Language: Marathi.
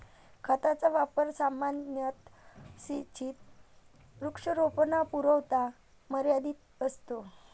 खताचा वापर सामान्यतः सिंचित वृक्षारोपणापुरता मर्यादित असतो